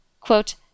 quote